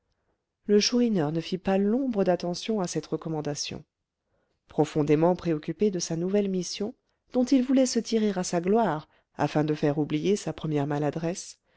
le chourineur ne fit pas l'ombre d'attention à cette recommandation profondément préoccupé de sa nouvelle mission dont il voulait se tirer à sa gloire afin de faire oublier sa première maladresse